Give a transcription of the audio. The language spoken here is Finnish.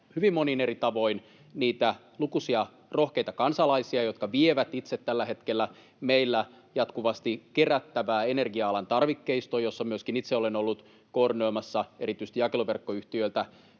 hyvin monin eri tavoin niitä lukuisia rohkeita kansalaisia, jotka vievät itse tällä hetkellä meillä jatkuvasti kerättävää energia-alan tarvikkeistoa, missä myöskin itse olen ollut koordinoimassa, erityisesti jakeluverkkoyhtiöiltä